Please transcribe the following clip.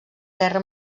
guerra